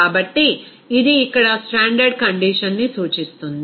కాబట్టి ఇది ఇక్కడ స్టాండర్డ్ కండిషన్ ని సూచిస్తుంది